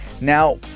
Now